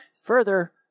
further